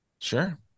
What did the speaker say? Sure